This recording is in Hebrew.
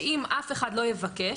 שאם אף אחד לא יבקש,